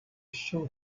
sure